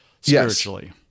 spiritually